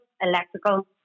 electrical